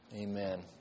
Amen